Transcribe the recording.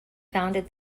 founded